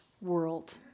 world